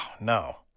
no